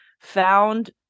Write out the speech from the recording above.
found